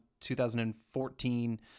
2014